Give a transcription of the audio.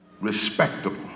respectable